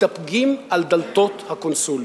מתדפקים על דלתות הקונסוליות.